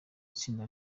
itsinda